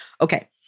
Okay